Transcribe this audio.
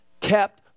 kept